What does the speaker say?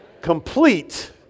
complete